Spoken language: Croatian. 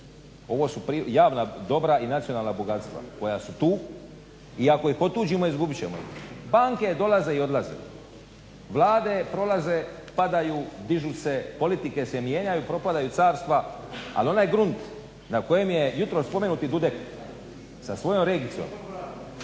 Ovo su javna dobra i nacionalna bogatstva koja su tu i ako je po tuđima izgubit ćemo ih. Banke dolaze i odlaze, vlade prolaze, padaju, dižu se, politike se mijenjaju, propadaju carstva ali onaj grunt na kojem je jutros spomenuti Dudek sa svojom Regicom,